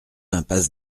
impasse